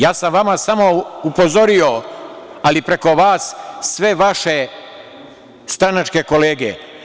Ja sam vas samo upozorio, ali preko vas i sve vaše stranačke kolege.